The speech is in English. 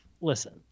listen